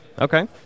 Okay